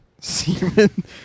semen